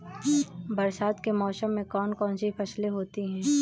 बरसात के मौसम में कौन कौन सी फसलें होती हैं?